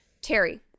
Terry